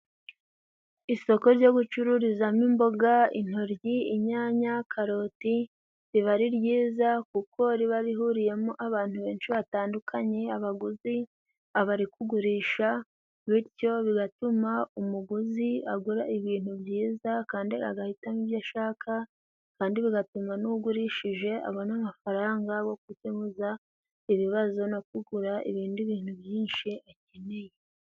Isoko ryo gucururizamo imboga, intoryi, inyanya, karoti. Riba ari ryiza kuko riba rihuriyemo abantu benshi batandukanye, abaguzi, abari kugurisha, bityo bigatuma umuguzi agura ibintu byiza kandi agahitamo ibyo ashaka, kandi bigatuma n'ugurishije abona amafaranga go gukemuraza ibibazo no kugura ibindi bintu byinshi akeneye.